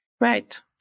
Right